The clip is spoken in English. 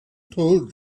told